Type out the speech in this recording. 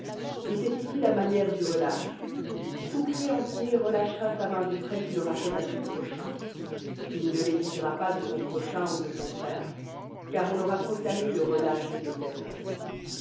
et c'est ici la manière du relâche tout créancier relâchera sa main du prêt qu'il aura fait à son prochain il ne l'exigera pas de son prochain ou de son frère car on aura proclamé le relâche de l'éternel